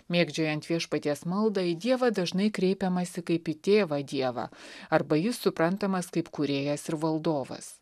mėgdžiojant viešpaties maldą į dievą dažnai kreipiamasi kaip į tėvą dievą arba jis suprantamas kaip kūrėjas ir valdovas